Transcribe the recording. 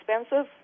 expensive